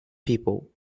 people